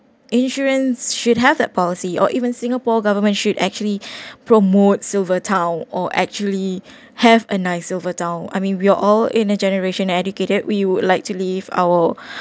insurance should have that policy or even singapore government should actually promote silver town or actually have a nice silver town I mean we're all in a generation educated we would like to live our